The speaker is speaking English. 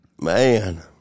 Man